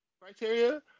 criteria